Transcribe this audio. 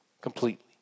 completely